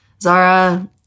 Zara